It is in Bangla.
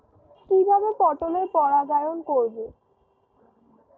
কিভাবে পটলের পরাগায়ন করব?